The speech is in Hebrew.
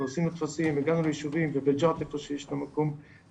עשינו טפסים הגענו ליישובים בבית ג'ת איפה שיש איזה